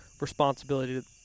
responsibility